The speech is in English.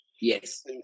Yes